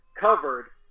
covered